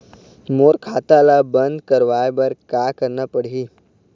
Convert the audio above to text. मोर खाता ला बंद करवाए बर का करना पड़ही?